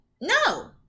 No